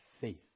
faith